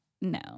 no